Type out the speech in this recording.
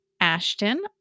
Ashton